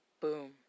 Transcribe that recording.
boom